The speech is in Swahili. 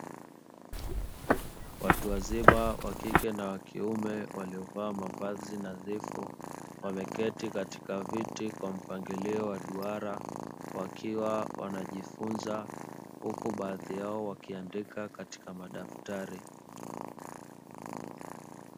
Watu wazima wa kike na wa kiume waliovaa mavazi nadhifu wameketi katika viti kwa mpangilio wa duara, wakiwa wanajifunza huku baadhi yao wakiandika katika madaftari.